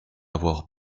avoir